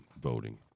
voting